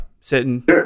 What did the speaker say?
Sitting